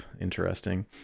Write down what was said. interesting